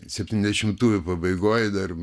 septyniasdešimtųjų pabaigoj dar